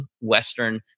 Western